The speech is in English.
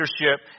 leadership